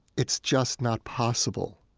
it's just not possible,